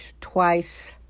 twice